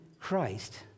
Christ